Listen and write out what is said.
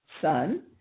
son